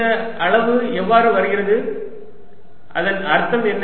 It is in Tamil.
இந்த அளவு எவ்வாறு வருகிறது அதன் அர்த்தம் என்ன